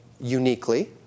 uniquely